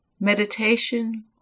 meditation